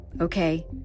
Okay